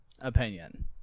opinion